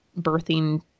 birthing